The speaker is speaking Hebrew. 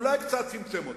אולי קצת צמצם אותה,